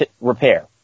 repair